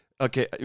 Okay